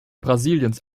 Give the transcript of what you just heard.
brasiliens